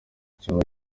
icyumba